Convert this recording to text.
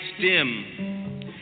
dim